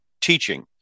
teaching